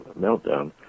meltdown